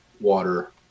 water